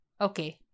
okay